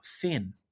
thin